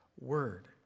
word